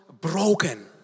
broken